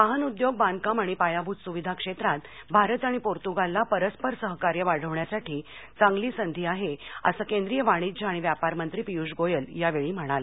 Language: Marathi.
वाहन उद्योग बांधकाम आणि पायाभूत सुविधा क्षेत्रात भारत आणि पोर्तुगालला परस्पर सहकार्य वाढवण्यासाठी चांगली संधी आहे असं केंद्रीय वाणिज्य आणि व्यापार मंत्री पियूष गोयल यावेळी म्हणाले